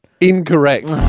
Incorrect